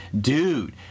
dude